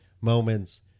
moments